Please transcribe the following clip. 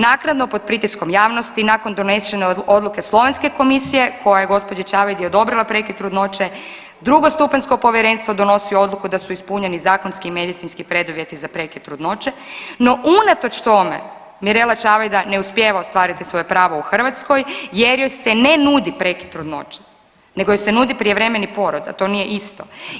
Naknadno pod pritiskom javnosti i nakon donešene odluke slovenske komisije koja je gospođi Čavajdi odobrila prekid trudnoće drugostupanjsko povjerenstvo donosi odluku da su ispunjeni zakonski medicinski preduvjeti za prekid trudnoće, no unatoč tome Mirela Čavajda ne uspijeva ostvariti svoje pravo u Hrvatskoj jer joj se ne nudi prekid trudnoće nego joj se nudi prijevremeni porod, a to nije isto.